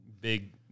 big